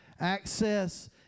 Access